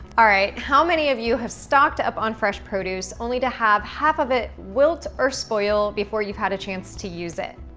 all right, how many of you have stocked up on fresh produce only to have half of it wilt or spoil before you've had a chance to use it?